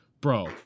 bro